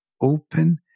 open